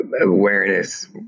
awareness